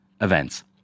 events